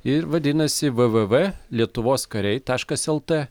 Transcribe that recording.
ir vadinasi v v v lietuvos kariai taškas lt